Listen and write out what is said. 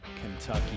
Kentucky